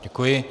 Děkuji.